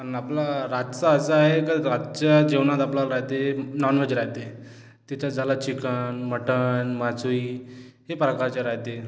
आणि आपला रातचं असं आहे का रातच्या जेवणात आपल्याला राहते नॉनव्हेज राहते तिथे झाला चिकन मटन मासोळी ते प्रकारचे राहते